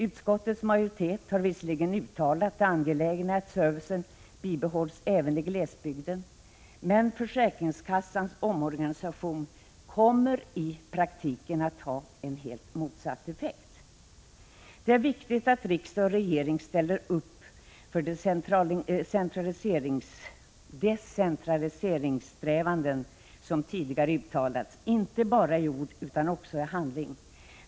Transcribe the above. Utskottets majoritet har visserligen uttalat det angelägna i att servicen bibehålls även i glesbygden, men försäkringskassans omorganisation kommer i praktiken att ha en helt motsatt effekt. Det är viktigt att riksdag och regering ställer upp för de decentraliseringssträvanden som tidigare uttalats inte bara i ord utan också i handling.